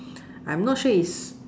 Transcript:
I'm not sure is